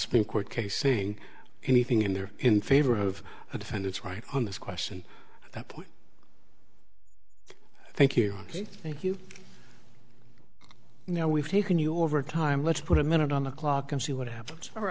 spring court case saying anything in there in favor of a defendant's right on this question that point thank you you thank now we've taken you over time let's put a minute on the clock and see what happens for